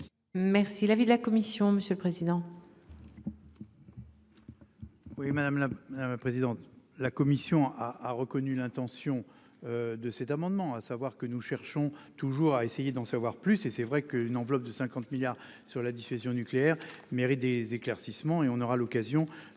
Merci l'avis de la commission, monsieur le président.